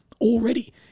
already